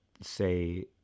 say